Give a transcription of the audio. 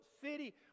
city